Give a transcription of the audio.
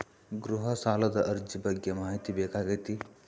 ಗೃಹ ಸಾಲದ ಅರ್ಜಿ ಬಗ್ಗೆ ಮಾಹಿತಿ ಬೇಕಾಗೈತಿ?